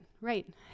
right